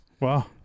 Wow